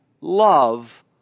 love